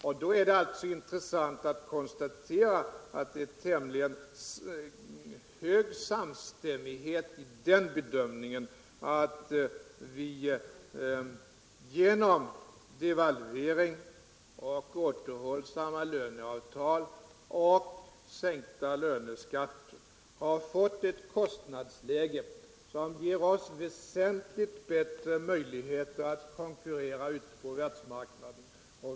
Det har då varit intressant att kunna konstatera att det råder en tämligen hög samstämmighet i bedömningen, att vi genom devalvering, återhållsamma löneavtal och sänkta löneskatter har fått ett kostnadsläge som ger oss väsentligt bättre möjligheter att konkurrera ute på världsmarknaden.